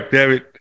David